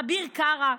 אביר קארה,